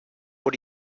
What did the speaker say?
what